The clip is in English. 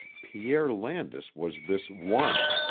pierre landis was this one,